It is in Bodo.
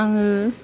आङो